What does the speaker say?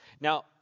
Now